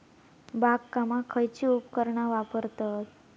बागकामाक खयची उपकरणा वापरतत?